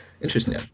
interesting